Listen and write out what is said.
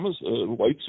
white